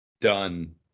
done